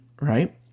right